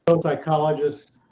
Psychologists